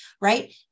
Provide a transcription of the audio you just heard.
right